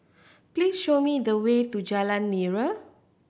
please show me the way to Jalan Nira